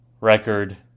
record